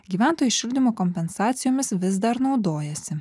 gyventojai šildymo kompensacijomis vis dar naudojasi